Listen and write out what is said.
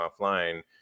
offline